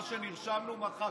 מה שנרשמנו, מחקתם,